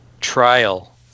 trial